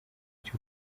cyo